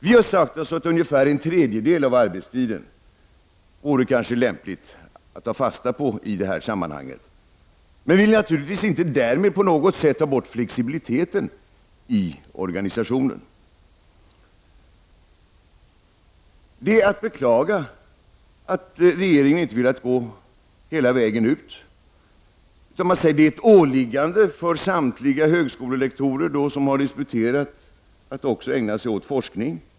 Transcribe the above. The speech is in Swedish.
Vi har sagt att det borde vara lämpligt att ta fasta på en tredjedel av arbetstiden. Men naturligtvis vill vi därmed inte ta bort flexibiliteten i organisationen. Det är att beklaga att regeringen inte velat gå hela vägen. I stället säger man att det är ett åliggande för samtliga högskolelektorer som har disputerat att också ägna sig åt forskning.